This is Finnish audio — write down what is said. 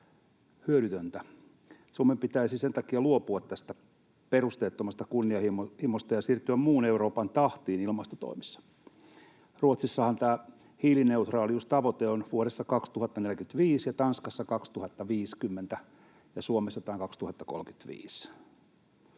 hyödytöntä. Suomen pitäisi sen takia luopua tästä perusteettomasta kunnianhimosta ja siirtyä muun Euroopan tahtiin ilmastotoimissa. Ruotsissahan tämä hiilineutraaliustavoite on vuodessa 2045 ja Tanskassa 2050, ja Suomessa tämä on 2035.